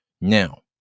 Now